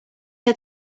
had